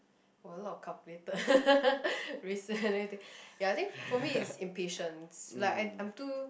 !wah! a lot of calculated recently let me think ya I think for me is impatience like I I'm too